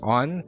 on